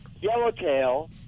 Yellowtail